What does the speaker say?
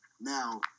Now